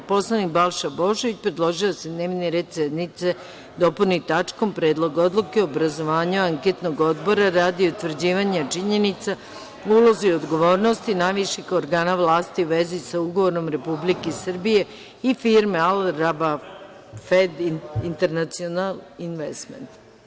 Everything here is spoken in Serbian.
Narodni poslanik Balša Božović predložio je da se dnevni red sednice dopuni tačkom – Predlog odluke o obrazovanju anketnog odbora radi utvrđivanja činjenica o ulozi i odgovornosti najviših organa vlasti u vezi sa ugovorom Republike Srbije i firme Al RAWAFED INTERNATIONAL INVESTMENT.